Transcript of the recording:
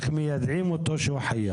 איך מיידעים אותו שהוא חייב.